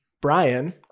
Brian